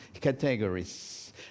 categories